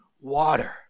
water